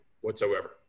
whatsoever